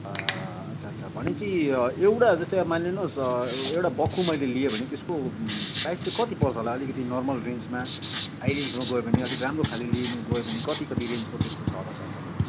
अच्छा अच्छा भनेपछि एउटा जस्तै अब मानिलिनु होस् एउटा बक्खु मैले लिएँ भने त्यसको प्राइस चाहिँ कति पर्छ होला अलिकति नर्मल रेन्जमा हाई रेन्जमा गयो भने अलिकति राम्रो खाले लिनु गयो भने कति कति रेन्जको छ होला सर तपाईँकोमा